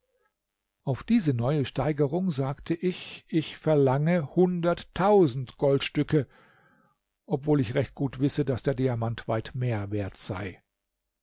auf diese neue steigerung sagte ich ich verlange hunderttausend goldstücke obwohl ich recht gut wisse daß der diamant weit mehr wert sei